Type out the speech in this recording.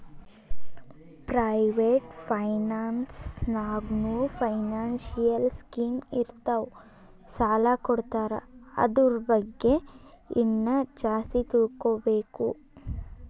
private finance ನಾಗ್ನೂ financial scheme ಇರ್ತಾವ್ ಸಾಲ ಕೊಡ್ತಾರ ಅದುರ್ ಬಗ್ಗೆ ಇನ್ನಾ ಜಾಸ್ತಿ ತಿಳ್ಕೋಬೇಕು